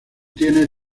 tiene